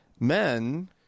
men